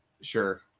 Sure